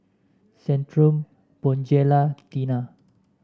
Centrum Bonjela Tena